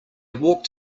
walked